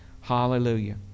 Hallelujah